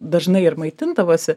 dažnai ir maitindavosi